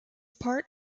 part